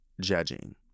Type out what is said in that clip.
judging